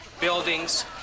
buildings